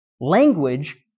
Language